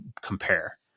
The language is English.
compare